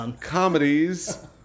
comedies